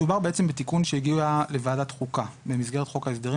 מדובר בתיקון שהגיע לוועדת חוקה במסגרת חוק ההסדרים